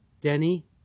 Denny